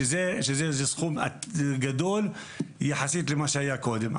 שזה סכום גדול יחסית למה שהיה קודם.